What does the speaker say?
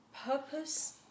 purpose